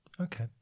okay